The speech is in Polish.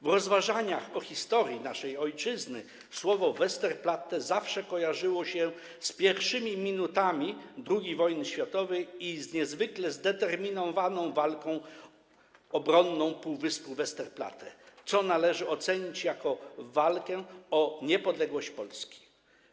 W rozważaniach o historii naszej ojczyzny słowo Westerplatte zawsze kojarzyło się z pierwszymi minutami II wojny światowej i z niezwykle zdeterminowaną walką obronną półwyspu Westerplatte, którą należy uznać za walkę o niepodległość Polski.